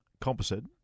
composite